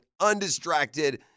undistracted